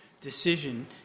decision